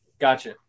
Gotcha